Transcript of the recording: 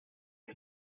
for